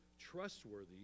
trustworthy